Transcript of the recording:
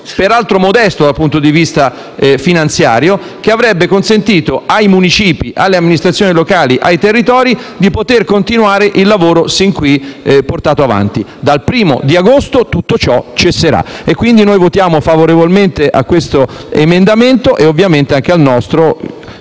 peraltro modesto dal punto di vista finanziario, che avrebbe consentito ai municipi, alle amministrazioni locali ed ai territori di poter continuare il lavoro fin qui portato avanti. Dal 1° agosto tutto ciò cesserà, quindi noi voteremo a favore dell'emendamento 1.56 e ovviamente anche del nostro